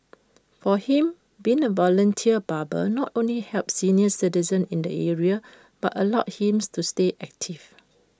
for him being A volunteer barber not only helps senior citizens in the area but allows him to stay active